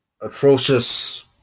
atrocious